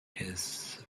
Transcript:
his